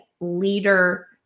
leader